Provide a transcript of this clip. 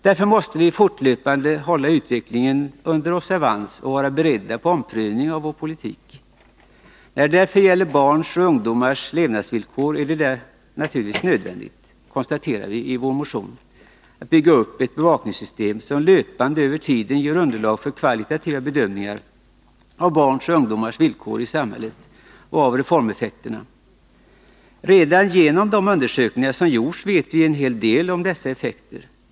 Därför måste vi fortlöpande hålla utvecklingen under observans och vara beredda till omprövning av vår politik. När det därför gäller barns och ungdomars levnadsvillkor är det naturligtvis nödvändigt, konstaterar vi i vår motion, att bygga upp ett bevakningssystem som löpande över tiden ger underlag för kvalitativa bedömningar av barns och ungdomars villkor i samhället och av reformeffekterna. Redan genom de undersökningar som gjorts vet vi en hel del om dessa effekter.